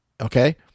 okay